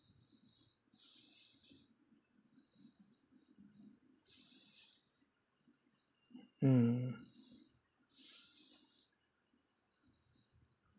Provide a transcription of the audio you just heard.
mm